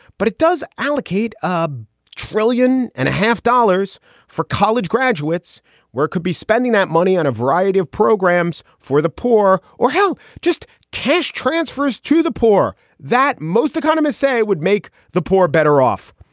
but it does allocate um trillion and a half dollars for college graduates where it could be spending that money on a variety of programs for the poor. or hell, just cash transfers to the poor that most economists say would make the poor better off.